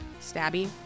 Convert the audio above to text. stabby